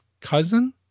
cousin